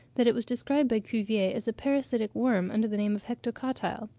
that it was described by cuvier as a parasitic worm under the name of hectocotyle.